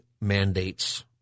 mandates